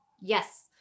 Yes